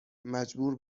مجبور